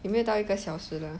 有没有到一个小时了